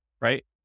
right